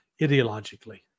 ideologically